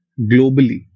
globally